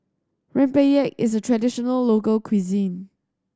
Rempeyek is a traditional local cuisine